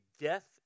death